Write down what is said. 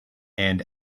and